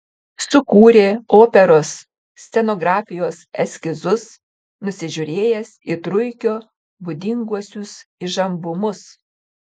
sukūrė operos scenografijos eskizus nusižiūrėjęs į truikio būdinguosius įžambumus